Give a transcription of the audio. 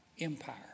empire